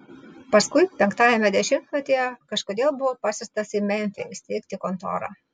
paskui penktajame dešimtmetyje kažkodėl buvo pasiųstas į memfį įsteigti kontorą